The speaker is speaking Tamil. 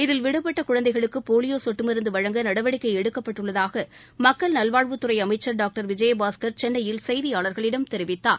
இதில் விடுபட்ட குழந்தைகளுக்கு போலியோ சொட்டு மருந்து வழங்க நடவடிக்கை எடுக்கப்பட்டுள்ளதாக மக்கள் நல்வாழ்வுத் துறை அமைச்சர் திரு விஜயபாஸ்கர் சென்னையில் செய்தியாளர்களிடம் தெரிவித்தார்